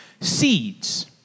seeds